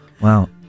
Wow